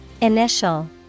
Initial